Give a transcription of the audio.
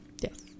Yes